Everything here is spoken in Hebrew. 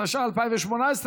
התשע"ח 2018,